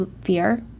fear